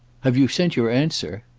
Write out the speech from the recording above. have you sent your answer?